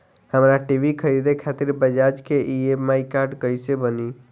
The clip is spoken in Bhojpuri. हमरा टी.वी खरीदे खातिर बज़ाज़ के ई.एम.आई कार्ड कईसे बनी?